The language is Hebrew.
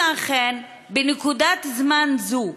אם אכן, בנקודת הזמן הזאת,